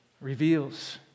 Reveals